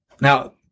Now